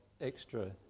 extra